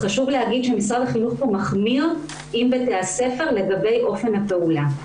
חשוב לומר שמשרד החינוך כאן מחמיר עם בתי הספר לגבי אופן הפעולה.